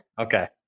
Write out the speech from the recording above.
okay